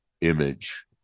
image